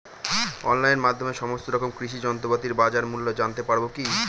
অনলাইনের মাধ্যমে সমস্ত রকম কৃষি যন্ত্রপাতির বাজার মূল্য জানতে পারবো কি?